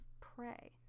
prey